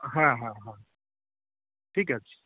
হ্যাঁ হ্যাঁ হ্যাঁ ঠিক আছে